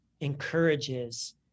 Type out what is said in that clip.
encourages